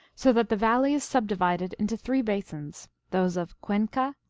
so that the valley is subdivided into three basins, those of cuenca,